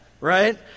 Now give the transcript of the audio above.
right